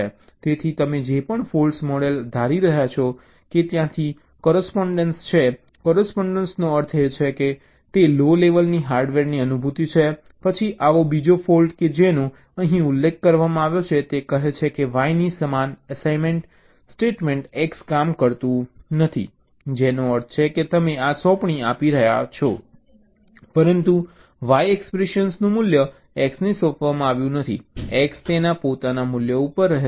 તેથી તમે જે પણ ફૉલ્ટ મોડલ ધારી રહ્યા છો કે ત્યાંથી કોરેસ્પોન્ડન્ક છે કોરેસ્પોન્ડનો અર્થ એ છે કે તે લો લેવલની હાર્ડવેર અનુભૂતિ છે પછી આવો બીજો ફૉલ્ટ કે જેનો અહીં ઉલ્લેખ કરવામાં આવ્યો છે તે કહે છે કે Y ની સમાન અસાઇનમેન્ટ સ્ટેટમેન્ટ X કામ કરતું નથી જેનો અર્થ છે કે તમે આ સોંપણીઓ આપી રહ્યા છો પરંતુ Y એક્સપ્રેશનનું મૂલ્ય X ને સોંપવામાં આવ્યું નથી X તેના પોતાના મૂલ્ય ઉપર રહે છે